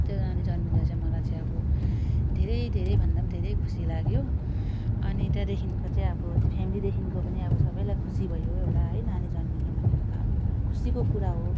त्यो नानी जन्मिँदा चाहिँ मलाई चाहिँ अब धेरै धेरै भन्दा पनि धेरै खुसी लाग्यो अनि त्यहाँदेखिको चाहिँ अब त्यो फेमिलीदेखिको पनि अब सबैलाई खुसी भयो एउटा है नानी जन्मिनु भनेको त अब एउटा खुसीको कुरा हो